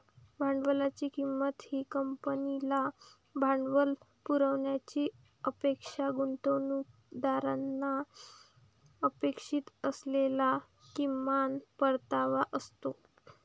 भांडवलाची किंमत ही कंपनीला भांडवल पुरवण्याची अपेक्षा गुंतवणूकदारांना अपेक्षित असलेला किमान परतावा असतो